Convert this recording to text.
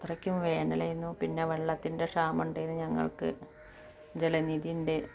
അത്രയ്ക്കും വേനലായിരുന്നു പിന്നെ വെള്ളത്തിൻ്റെ ക്ഷാമം ഉണ്ടായിരുന്നു ഞങ്ങൾക്ക് ജലനിധി ഉണ്ട്